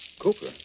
Cooper